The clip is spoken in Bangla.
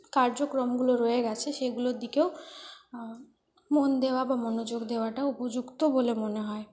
কার্যক্রমগুলো রয়ে গিয়েছে সেগুলোর দিকেও মন দেওয়া বা মনোযোগ দেওয়াটাও উপযুক্ত বলে মনে হয়